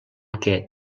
què